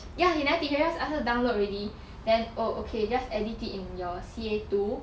ya he never teach just ask us download already then oh okay just edit it in your C_A two